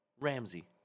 Ramsey